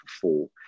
four